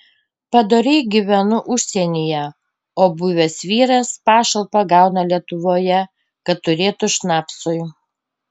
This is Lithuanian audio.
padoriai gyvenu užsienyje o buvęs vyras pašalpą gauna lietuvoje kad turėtų šnapsui